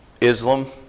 Islam